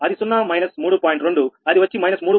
2 అది వచ్చి −3